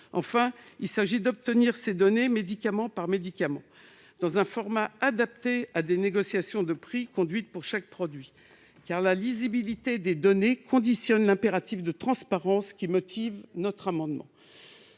Enfin, il s'agit d'obtenir les données médicament par médicament, dans un format adapté à des négociations de prix conduites pour chaque produit, car leur lisibilité ne peut pas être dissociée de l'impératif de transparence qui motive notre amendement.